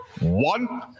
One